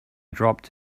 dropped